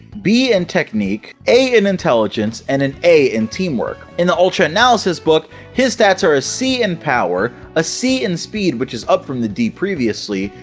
b in technique, a in intelligence and an a in teamwork! in the ultra analysis book, his stats are a c in power, a c in speed which is up from the d previously,